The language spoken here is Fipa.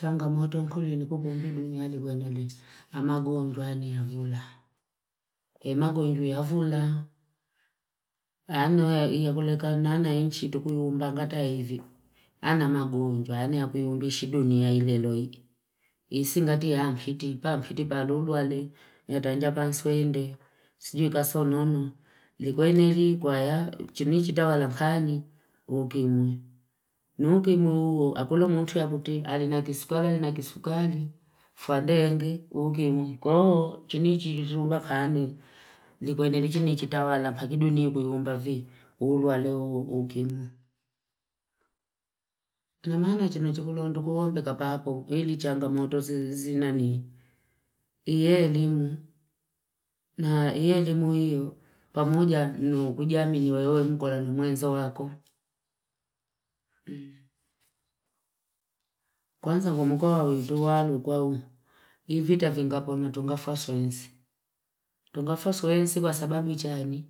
Changa moto nkulu ni kukuumbi duni hali kwenye amagu onjua ni yavula. E magu onjua yavula. Ano ya kuleka nana inchitu kuyumba kata hivi. Ana magu onjua. Ano ya kuyumbishi duni ya ilelo hii. Isingati ya mfitipa. Mfitipa alulu wali. Nyata njapa nswende. Sijuika sononu. Likwenye hili kwa chini chidawa lakani. Ukimu. Ukimu. Akulu mutu ya buti. Alina kisukali, alina kisukali. Fadengi. Ukimu. Koo! chini chidawa lakani. Likwenye hili chini chidawa lakani. Duni yubuyumba hivi. Ulu wale ukimu. Anamana chini uchukulu. Ndukuombe kapa hapu. Hili changa moto zina ni. Iye elimu. Na iye elimu hiyo. Pamuja ujiami niwayoe mkulani mwenzo wako. Kwanza mkumu kwa witu walu kwa huu. Hii vita vingapo na tunga fasoinsi. Tungafasoinisi kwa sababu ujiani.